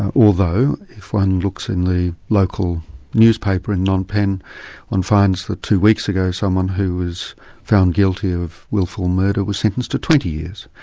although if one looks in the local newspaper in phnom penh and finds that two weeks ago someone who was found guilty of wilful murder was sentenced to twenty years.